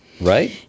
right